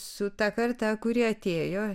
su ta karta kuri atėjo